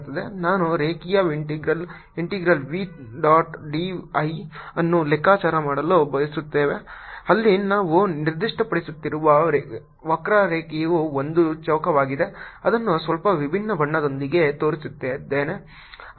ನಾವು ರೇಖೆಯ integral integral v dot d l ಅನ್ನು ಲೆಕ್ಕಾಚಾರ ಮಾಡಲು ಬಯಸುತ್ತೇವೆ ಅಲ್ಲಿ ನಾವು ನಿರ್ದಿಷ್ಟಪಡಿಸುತ್ತಿರುವ ವಕ್ರರೇಖೆಯು ಒಂದು ಚೌಕವಾಗಿದೆ ಅದನ್ನು ಸ್ವಲ್ಪ ವಿಭಿನ್ನ ಬಣ್ಣದೊಂದಿಗೆ ತೋರಿಸುತ್ತೇನೆ